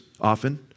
often